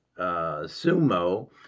Sumo